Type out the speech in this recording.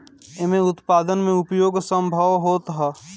एमे उत्पादन में उपयोग संभव होत हअ